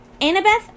annabeth